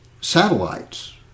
satellites